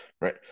right